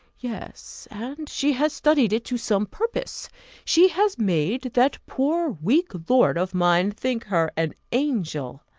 yes, and she has studied it to some purpose she has made that poor weak lord of mine think her an angel.